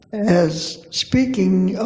as speaking of